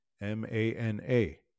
M-A-N-A